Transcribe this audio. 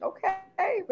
Okay